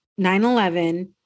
9-11